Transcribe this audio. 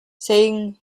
saying